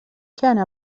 كان